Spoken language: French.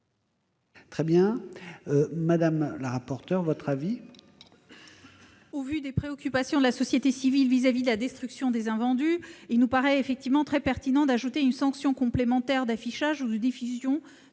l'avis de la commission ? Au vu des préoccupations de la société civile vis-à-vis de la destruction des invendus, il nous paraît très pertinent d'ajouter une sanction complémentaire d'affichage ou de diffusion